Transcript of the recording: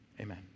Amen